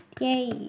Yay